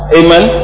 amen